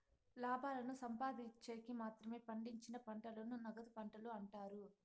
లాభాలను సంపాదిన్చేకి మాత్రమే పండించిన పంటలను నగదు పంటలు అంటారు